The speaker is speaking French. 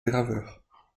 graveur